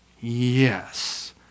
Yes